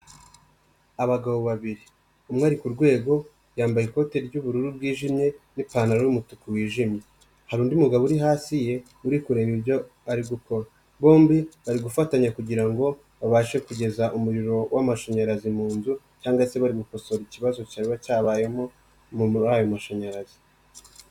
Abagabo babiri, umwe ari ku rwego yambaye ikote ry'ubururu bw'ijimye n'ipantaro y'umutuku wijimye. Hari undi mugabo uri hasi ye uri kureba ibyo ari gukora. Bombi bari gufatanya kugira ngo babashe kugeza umuriro w'amashanyarazi mu nzu cyangwa se bari gukosora ikibazo cyaba cyabayemo muri ayo mashanyarazi.